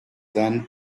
then